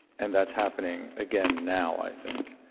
and that's happening again now i think.